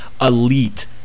elite